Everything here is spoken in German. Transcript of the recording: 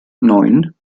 neun